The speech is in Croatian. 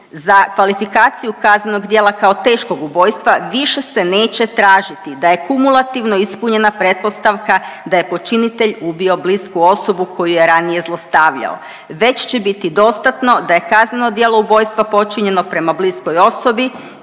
za kvalifikaciju kaznenog djela kao teškog ubojstva, više se neće tražiti da je kumulativno ispunjena pretpostavka da je počinitelj ubio blisku osobu koju je ranije zlostavljao, već će biti dostatno da je kazneno djelo ubojstva počinjeno prema bliskoj osobi